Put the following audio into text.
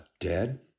dead